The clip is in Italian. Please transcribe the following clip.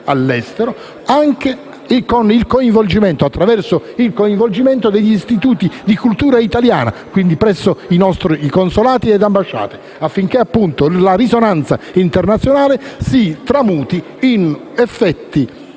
all'estero, anche attraverso il coinvolgimento degli istituti di cultura italiana presso i nostri consolati e ambasciate, affinché la risonanza internazionale si tramuti in effetti